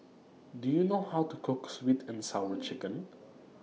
Do YOU know How to Cook Sweet and Sour Chicken